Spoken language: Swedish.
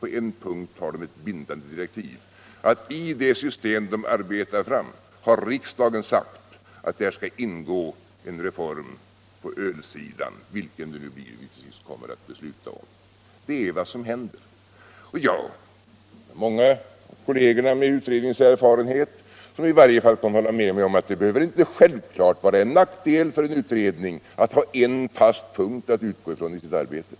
Men på en punkt har den som sagt bindande direktiv, nämligen det att riksdagen har sagt att i det system som gruppen arbetar fram skall ingå en reform på ölsidan, som vi nu kommer att besluta om. Det är vad som händer. Och många kolleger med utredningserfarenhet håller säkert med mig om att det inte självklart behöver vara en nackdel för en utredning att ha en fast punkt att utgå från i utredningsarbetet.